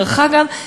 דרך אגב,